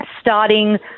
starting